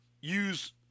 use